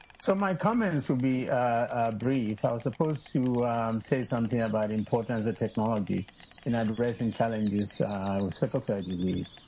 so my comments would be brief. i was supposed to say something about important and technology in adversing challenges with sickle cell disease.